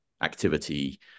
activity